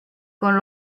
con